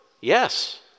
Yes